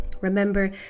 Remember